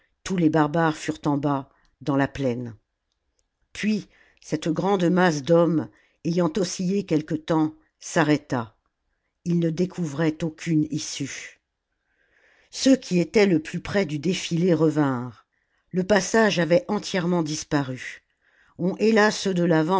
tous les barbares furent en bas dans la plaine puis cette grande masse d'hommes ayant oscillé quelque temps s'arrêta ils ne découvraient aucune issue ceux qui étaient le plus près du défilé revinrent le passage avait entièrement disparu on héla ceux de